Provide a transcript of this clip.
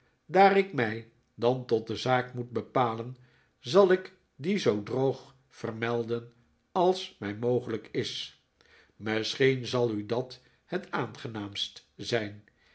daar ik mij dan tot de zaak moet bepalen zal ik die zoo droog vermelden als mij mogeliik is misschien zal u dat het aangenaamst zijn